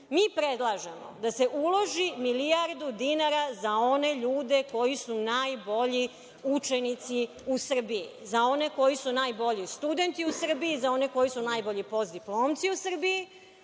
predlažemo da se uloži milijardu dinara za one ljude koji su najbolji učenici u Srbiji, za one koji su najbolji studenti u Srbiji, za one koji su najbolji postdiplomci u Srbiji,